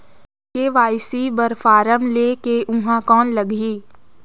KYC बर form ले के ऊहां कौन लगही?